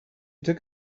took